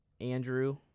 Andrew